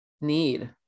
need